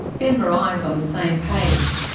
ben marais is on the same page.